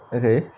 okay